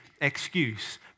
excuse